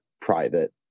private